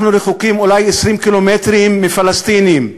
אנחנו רחוקים אולי 20 קילומטרים מפלסטינים,